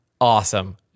awesome